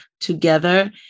together